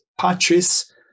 patches